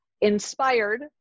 inspired